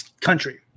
country